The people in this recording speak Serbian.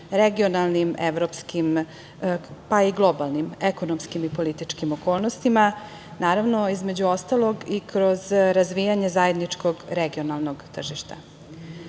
regionalnim, evropskim, pa i globalnim ekonomskim i političkih okolnostima. Naravno, između ostalog, i kroz razvijanje zajedničkog regionalnog tržišta. Sporazum